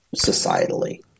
societally